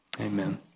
Amen